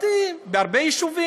איפה, הרבה בתים, בהרבה יישובים.